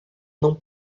não